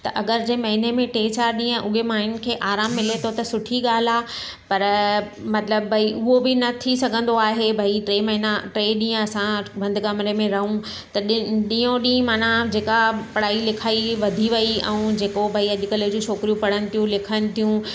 त अगरि जे महीने में टे चारि ॾींहं उहे माइयुनि खे आरामु मिले थो त सुठी ॻाल्हि आहे पर मतिलबु भई उहो बि न थी सघंदो आहे भई टे महीना टे ॾींहं असां बंदि कमरे में रहूं त ॾींहों ॾींहं माना जेका पढ़ाई लिखाई वधी वई ऐं जेको भई अॼुकल्ह जी छोकिरियूं पढ़नि थियूं लिखनि थियूं